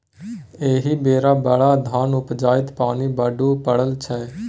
एहि बेर बड़ धान उपजतै पानि बड्ड पड़ल छै